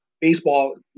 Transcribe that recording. baseball